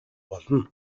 болно